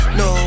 no